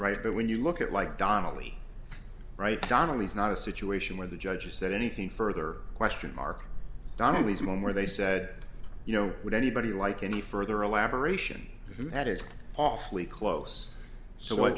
right but when you look at like donnelly right donnelly is not a situation where the judges said anything further question mark donnelly's men where they said you know what anybody like any further elaboration that is awfully close so